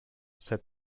said